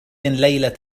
ليلة